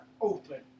open